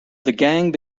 gang